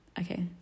okay